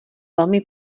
velmi